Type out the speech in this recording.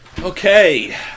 Okay